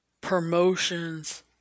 promotions